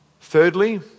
Thirdly